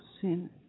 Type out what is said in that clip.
sin